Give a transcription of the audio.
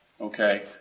okay